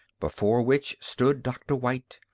before which stood dr. white,